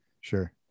sure